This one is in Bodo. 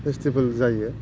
फेस्थिबेल जायो